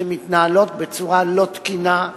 שמתנהלות בצורה לא תקינה,